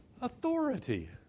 authority